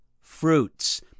fruits